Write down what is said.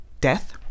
Death